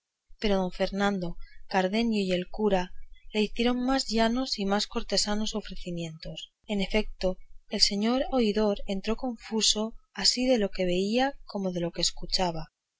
pero don fernando cardenio y el cura le hicieron más llanos y más cortesanos ofrecimientos en efecto el señor oidor entró confuso así de lo que veía como de lo que escuchaba